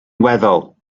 weddol